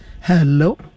Hello